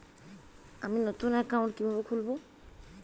আমি নতুন অ্যাকাউন্ট কিভাবে খুলব?